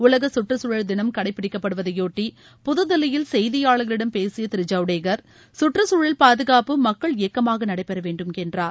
உலக கற்றுச்சூழல் தினம் கடைப்பிடிக்கப்படுவதையொட்டி புதுதில்லியில் செய்தியாளர்களிடம் பேசிய திரு ஐவடேகர்குற்றுக்குழல் பாதுகாப்பு மக்கள் இயக்கமாக நடைபெற வேண்டும் என்றார்